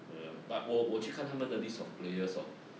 uh but 我我去看他们的 list of player hor